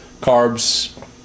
Carbs